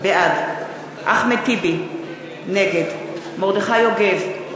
בעד אחמד טיבי, נגד מרדכי יוגב,